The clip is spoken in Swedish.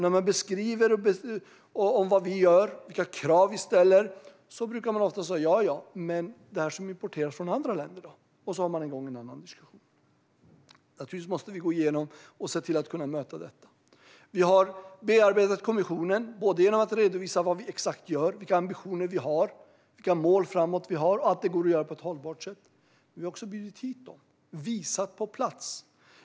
När man beskriver vad vi gör och vilka krav vi ställer brukar vi ofta höra: Ja, ja, men det som importeras från andra länder? Så är en annan diskussion igång. Naturligtvis måste vi kunna möta de frågorna. Vi har bearbetat kommissionen genom att redovisa exakt vad vi gör, vilka ambitioner och mål vi har samt att arbetet kan göras på ett hållbart sätt. Vi har också bjudit hit dem och visat på plats.